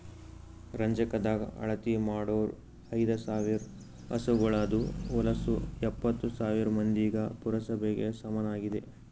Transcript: ರಂಜಕದಾಗ್ ಅಳತಿ ಮಾಡೂರ್ ಐದ ಸಾವಿರ್ ಹಸುಗೋಳದು ಹೊಲಸು ಎಪ್ಪತ್ತು ಸಾವಿರ್ ಮಂದಿಯ ಪುರಸಭೆಗ ಸಮನಾಗಿದೆ